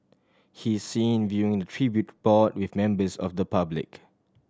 he is seen viewing the tribute board with members of the public